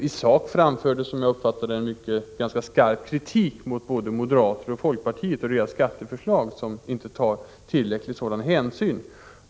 I sak framförde han, som jag uppfattade det, en ganska skarp kritik mot både moderaterna och folkpartiet för att de i sina skatteförslag inte tar tillräcklig sådan hänsyn.